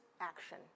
action